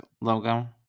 logo